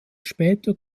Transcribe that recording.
später